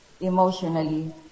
emotionally